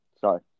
Sorry